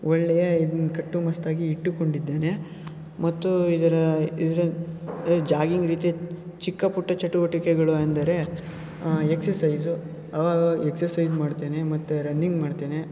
ಒಳ್ಳೆಯ ಇದ್ನ ಕಟ್ಟುಮಸ್ತಾಗಿ ಇಟ್ಟುಕೊಂಡಿದ್ದೇನೆ ಮತ್ತು ಇದರ ಇದರ ಜಾಗಿಂಗ್ ರೀತಿಯ ಚಿಕ್ಕಪುಟ್ಟ ಚಟುವಟಿಕೆಗಳು ಅಂದರೆ ಎಕ್ಸಸೈಜು ಅವಾಗವಾಗ ಎಕ್ಸಸೈಜ್ ಮಾಡ್ತೇನೆ ಮತ್ತು ರನ್ನಿಂಗ್ ಮಾಡ್ತೇನೆ